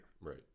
Right